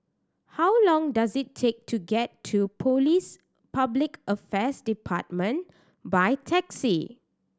how long does it take to get to Police Public Affairs Department by taxi